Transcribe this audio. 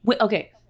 okay